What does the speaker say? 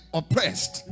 oppressed